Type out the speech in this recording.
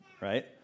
right